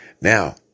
Now